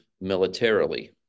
militarily